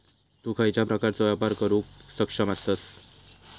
तु खयच्या प्रकारचो व्यापार करुक सक्षम आसस?